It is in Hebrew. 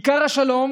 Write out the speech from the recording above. עיקר השלום